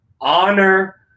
honor